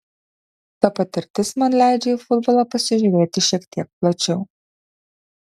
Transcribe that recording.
ta patirtis man leidžia į futbolą pasižiūrėti šiek tiek plačiau